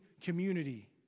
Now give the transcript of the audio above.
community